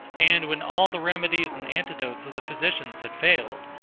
and when all the remedies and antidotes of the physicians had failed,